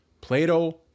Plato